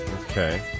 Okay